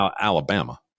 Alabama